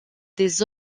des